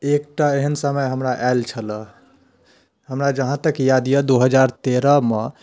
एकटा एहन समय हमरा आएल छलऽ हमरा जहाँ तक याद यऽ दू हजार तेरहमे